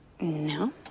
No